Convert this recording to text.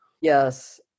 Yes